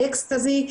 באקסטזי,